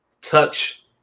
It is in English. Touch